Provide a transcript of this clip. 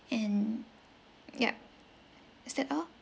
and yup is that all